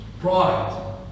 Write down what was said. Pride